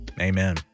amen